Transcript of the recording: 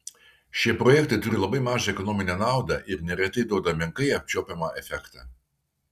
šie projektai turi labai mažą ekonominę naudą ir neretai duoda menkai apčiuopiamą efektą